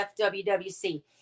FWWC